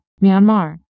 Myanmar